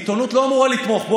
עיתונות לא אמורה לתמוך.